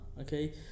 okay